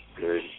good